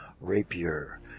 rapier